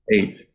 Eight